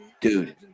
dude